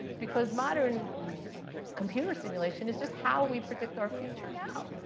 because modern computer simulation is just how we predict our future now.